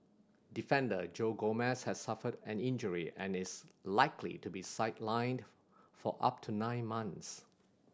defender Joe Gomez has suffered an injury and is likely to be sidelined for up to nine month